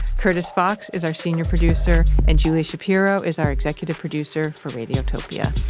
curtis fox is our senior producer and julie shapiro is our executive producer for radiotopia.